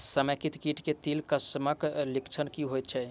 समेकित कीट केँ तिल फसल मे लक्षण की होइ छै?